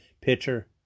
pitcher